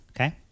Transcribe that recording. Okay